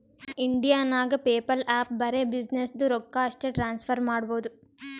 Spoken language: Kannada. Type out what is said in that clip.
ಇಂಡಿಯಾ ನಾಗ್ ಪೇಪಲ್ ಆ್ಯಪ್ ಬರೆ ಬಿಸಿನ್ನೆಸ್ದು ರೊಕ್ಕಾ ಅಷ್ಟೇ ಟ್ರಾನ್ಸಫರ್ ಮಾಡಬೋದು